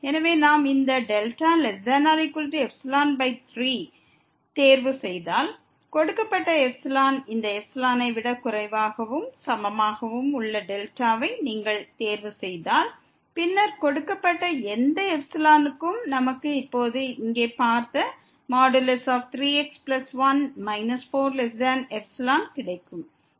எனவே நாம் இந்த δ≤3 ஐ தேர்வு செய்தால் கொடுக்கப்பட்ட ε க்கு இந்த ε ஐ விட குறைவாகவும் சமமாகவும் உள்ள டெல்டாவை நீங்கள் தேர்வு செய்தால் பின்னர் கொடுக்கப்பட்ட எந்த ε க்கும் நமக்கு இப்போது இங்கே பார்த்த 3x1 4ϵ கிடைக்கும்